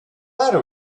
matter